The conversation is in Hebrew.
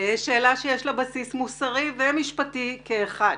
שאלה שיש לה בסיס מוסרי ומשפטי כאחד.